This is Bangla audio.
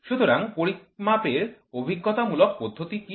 সুতরাং পরিমাপের অভিজ্ঞতামূলক পদ্ধতি কী